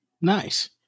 Nice